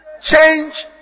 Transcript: change